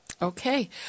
Okay